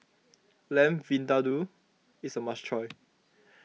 Lamb Vindaloo is a must try